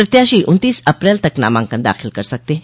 प्रत्याशी उन्तीस अप्रैल तक नामांकन दाखिल कर सकते हैं